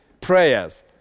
prayers